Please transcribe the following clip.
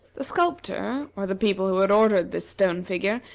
the sculptor, or the people who had ordered this stone figure,